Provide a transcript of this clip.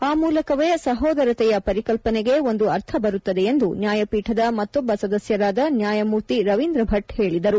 ಆ ಮೂಲಕವೇ ಸಹೋದರತೆಯ ಪರಿಕಲ್ಲನೆಗೆ ಒಂದು ಅರ್ಥ ಬರುತ್ತದೆ ಎಂದು ನ್ವಾಯಪೀಠದ ಮತ್ತೊಬ್ಬ ಸದಸ್ಥರಾದ ನ್ಯಾಯಮೂರ್ತಿ ರವೀಂದ್ರ ಭಚ್ ಹೇಳಿದರು